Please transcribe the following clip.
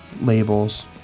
labels